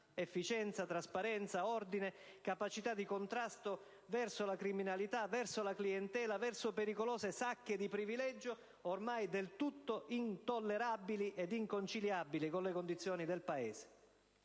efficienza, trasparenza, ordine, capacità di contrasto verso la criminalità, verso la clientela, verso pericolose sacche di privilegio, ormai del tutto intollerabili ed inconciliabili con le condizioni del Paese.